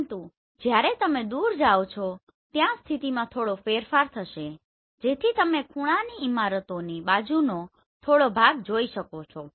પરંતુ જ્યારે તમે દૂર જાઓ છો ત્યાં સ્થિતિમાં થોડો ફેરફાર થશે જેથી તમે ખૂણાની ઇમારતોની બાજુઓનો થોડો ભાગ જોઈ શકો છો